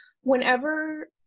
whenever